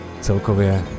celkově